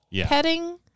petting